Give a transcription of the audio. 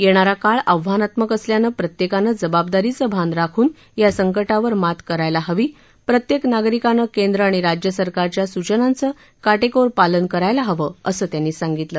येणारा काळ आव्हानात्मक असल्यानं प्रत्येकानं जबाबदारीतं भान राखून या संकटावर मात करायला हवं प्रत्येक नागरिकानं केंद्र आणि राज्यसरकारच्या सूचनांचं काटेकोर पालन करायला हवं असं त्यांनी सांगितलं